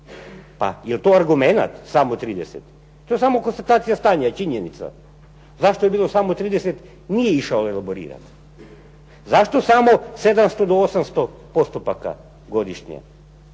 Pa jel to argument samo 30? To je samo konstatacija stanja, činjenica. Zašto je bilo 30 nije išao elaborirati. Zašto samo 700 do 800 postupaka godišnje